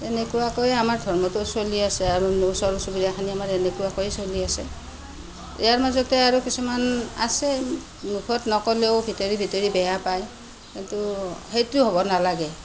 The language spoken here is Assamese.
তেনেকুৱাকৈ আমাৰ ধৰ্মটো চলি আছে আৰু ওচৰ চুবুৰীয়াখিনি আমাৰ এনেকুৱাকৈ চলি আছে ইয়াৰ মাজতে আৰু কিছুমান আছে মুখত নকলেও ভিতৰি ভিতৰি বেয়া পায় সেইটো হ'ব নালাগে